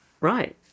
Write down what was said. Right